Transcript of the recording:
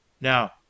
now